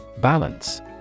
Balance